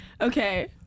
Okay